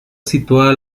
situada